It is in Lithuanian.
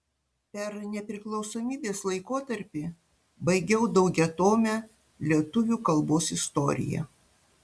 per nepriklausomybės laikotarpį baigiau daugiatomę lietuvių kalbos istoriją